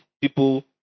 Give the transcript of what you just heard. people